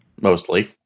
Mostly